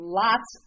lots